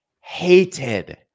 hated